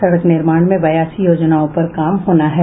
सड़क निर्माण में बयासी योजनाओं पर काम होना है